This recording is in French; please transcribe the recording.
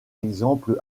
exemple